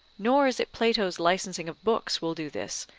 nor is it plato's licensing of books will do this,